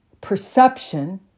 perception